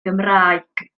gymraeg